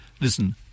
listen